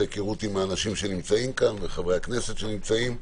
היכרות עם האנשים וחברי הכנסת שנמצאים כאן.